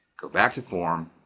go back to form.